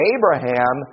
Abraham